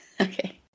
Okay